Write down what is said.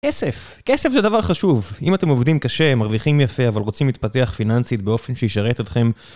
כסף. כסף זה דבר חשוב. אם אתם עובדים קשה, מרוויחים יפה, אבל רוצים להתפתח פיננסית באופן שישרת אתכם...